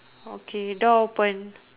okay door open